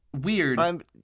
weird